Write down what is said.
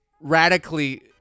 radically